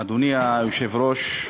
אדוני היושב-ראש,